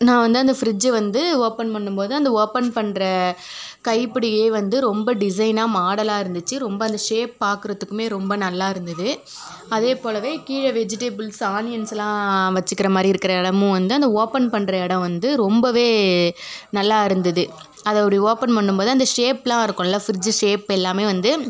நான் வந்து அந்த ஃப்ரிட்ஜ்ஜை வந்து ஓப்பன் பண்ணும்போது அந்த ஓப்பன் பண்ணுற கைப்பிடியே வந்து ரொம்ப டிசைன்னாக மாடலாக இருந்துச்சு ரொம்ப அந்த ஷேப் பார்க்குறதுக்குமே ரொம்ப நல்லா இருந்தது அதே போலவே கீழே வெஜிட்டேபிள்ஸ் ஆனியன்யெஸ்லாம் வச்சுக்கிற மாதிரி இருக்கிற இடமு வந்து அந்த ஓப்பன் பண்ணுற இடம் வந்து ரொம்பவே நல்லா இருந்தது அதை அப்படி ஓப்பன் பண்ணும்போது அந்த ஷேப்பெலாம் இருக்குமெல ஃப்ரிட்ஜு ஷேப் எல்லாமே வந்து